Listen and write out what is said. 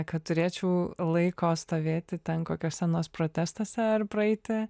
kad turėčiau laiko stovėti ten kokiuose nors protestuose ar praeiti